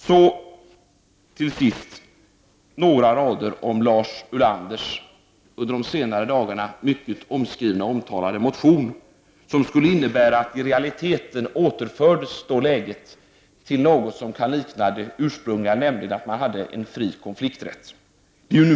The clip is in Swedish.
Så till sist några meningar om Lars Ulanders under senare dagar mycket omskrivna och omtalade motion, som skulle innebära att läget i realiteten återförs till något som skulle kunna likna det ursprungliga, nämligen att man har en fri konflikträtt.